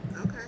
Okay